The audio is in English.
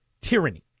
tyranny